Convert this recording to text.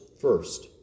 first